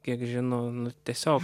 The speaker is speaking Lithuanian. kiek žino nu tiesiog